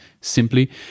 simply